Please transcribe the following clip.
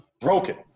Broken